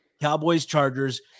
Cowboys-Chargers